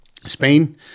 Spain